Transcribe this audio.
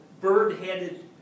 bird-headed